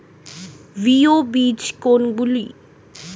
ভিত্তি বীজ কোনগুলি?